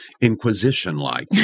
inquisition-like